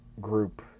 group